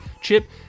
chip